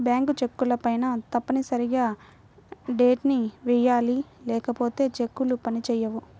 bank చెక్కులపైన తప్పనిసరిగా date ని వెయ్యాలి లేకపోతే చెక్కులు పని చేయవు